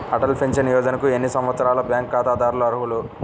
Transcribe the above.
Atal pension యోజనకు ఎన్ని సంవత్సరాల బ్యాంక్ ఖాతాదారులు అర్హులు?